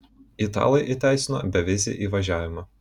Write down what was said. italai įteisino bevizį įvažiavimą